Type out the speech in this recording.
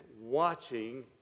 watching